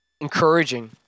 Encouraging